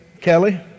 Kelly